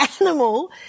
animal